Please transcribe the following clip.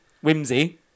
Whimsy